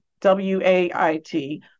w-a-i-t